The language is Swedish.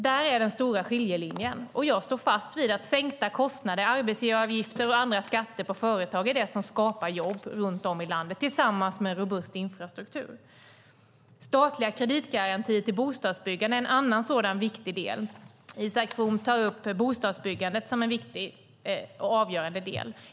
Där är den stora skiljelinjen, och jag står fast vid att sänkta kostnader, arbetsgivaravgifter och andra skatter på företag är det som skapar jobb runt om i landet - tillsammans med en robust infrastruktur. Statliga kreditgarantier till bostadsbyggande är en annan sådan viktig del. Isak From tar upp bostadsbyggandet som en viktig och avgörande del.